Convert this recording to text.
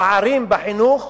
הפערים בחינוך